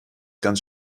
ganz